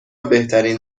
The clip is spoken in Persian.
بهترین